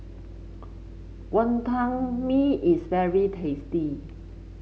Wonton Mee is very tasty